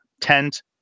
tent